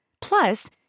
Plus